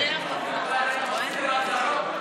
מצהיר הצהרות.